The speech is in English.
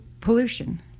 pollution